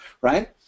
right